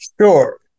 Sure